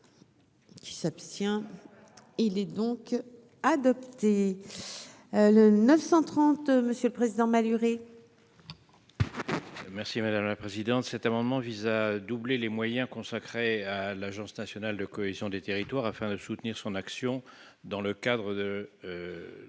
Qui s'abstient, il est donc adopté le 930 Monsieur le Président Maluret. Merci madame la présidente, cet amendement vise à doubler les moyens consacrés à l'agence nationale de cohésion des territoires afin de soutenir son action dans le cadre de